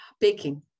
Baking